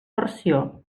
versió